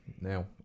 now